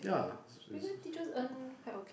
yeah lah it's it's